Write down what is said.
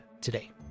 today